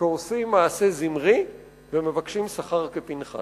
שעושים מעשה זמרי ומבקשים שכר כפנחס.